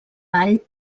vall